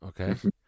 Okay